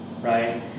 right